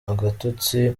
agatotsi